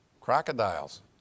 Crocodiles